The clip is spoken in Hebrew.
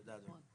תודה, אדוני.